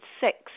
six